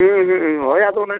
ᱦᱮᱸ ᱦᱮᱸ ᱦᱳᱭ ᱟᱫᱚ ᱚᱱᱟ